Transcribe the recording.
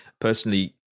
Personally